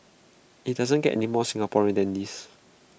IT doesn't get any more Singaporean than this